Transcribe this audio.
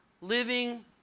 living